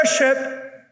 Worship